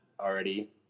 already